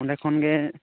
ᱚᱱᱰᱮ ᱠᱷᱚᱱᱜᱮ